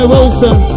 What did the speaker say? Wilson